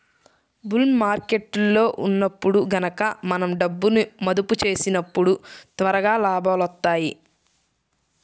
bull మార్కెట్టులో ఉన్నప్పుడు గనక మనం డబ్బును మదుపు చేసినప్పుడు త్వరగా లాభాలొత్తాయి